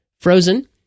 Frozen